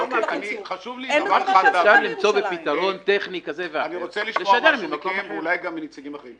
אמרתי שאפשר למצוא פתרון טכני כזה או אחר ולשדר ממקום אחר.